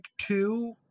two